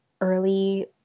early